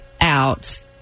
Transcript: out